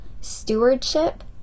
stewardship